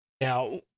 Now